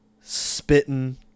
spitting